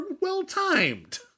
well-timed